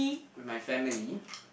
with my family